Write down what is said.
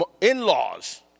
in-laws